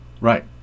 right